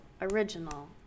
original